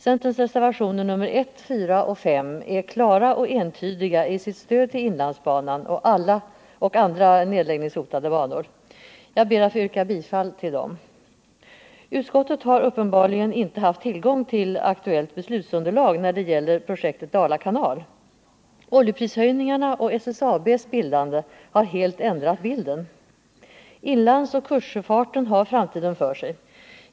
Centerns reservationer nr 1, 4 och 5 är klara och entydiga i sitt stöd till inlandsbanan och andra nedläggningshotade banor. Jag ber att få yrka bifall till dem. Utskottet har uppenbarligen inte haft tillgång till aktuellt beslutsunderlag när det gäller projektet Dala kanal. Oljeprishöjningarna och SSAB:s bildande har helt ändrat bilden. Inlandsoch kustsjöfarten har framtiden för sig.